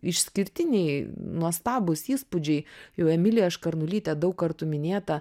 išskirtiniai nuostabūs įspūdžiai jau emilija škarnulytė daug kartų minėta